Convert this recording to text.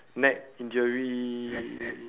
neck injury